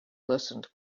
listened